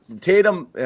tatum